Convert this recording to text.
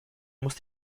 muss